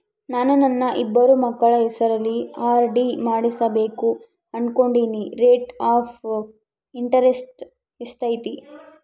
ನಾನು ನನ್ನ ಇಬ್ಬರು ಮಕ್ಕಳ ಹೆಸರಲ್ಲಿ ಆರ್.ಡಿ ಮಾಡಿಸಬೇಕು ಅನುಕೊಂಡಿನಿ ರೇಟ್ ಆಫ್ ಇಂಟರೆಸ್ಟ್ ಎಷ್ಟೈತಿ?